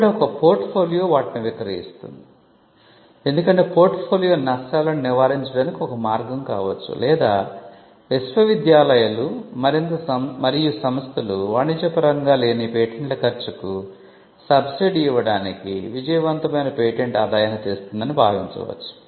కాబట్టి ఒక portfolio వాటిని విక్రయిస్తోంది ఎందుకంటే పోర్ట్ ఫోలియో నష్టాలను నివారించడానికి ఒక మార్గం కావచ్చు లేదా విశ్వవిద్యాలయాలు మరియు సంస్థలు వాణిజ్యపరంగా లేని పేటెంట్ల ఖర్చుకు సబ్సిడీ ఇవ్వడానికి విజయవంతమైన పేటెంట్ ఆదాయాన్ని తెస్తుందని భావించవచ్చు